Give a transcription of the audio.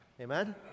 Amen